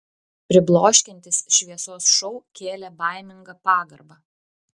pribloškiantis šviesos šou kėlė baimingą pagarbą